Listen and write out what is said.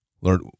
Lord